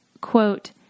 quote